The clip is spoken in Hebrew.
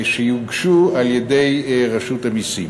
שיוגשו על-ידי רשות המסים.